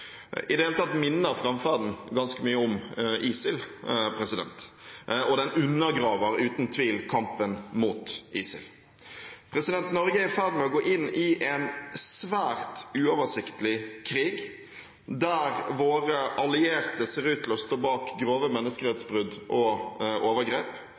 I det hele tatt minner framferden ganske mye om ISIL, og den undergraver uten tvil kampen mot ISIL. Norge er i ferd med å gå inn i en svært uoversiktlig krig der våre allierte ser ut til å stå bak grove menneskerettighetsbrudd og overgrep.